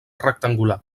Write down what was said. rectangular